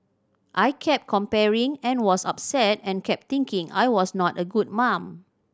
I kept comparing and was upset and kept thinking I was not a good mum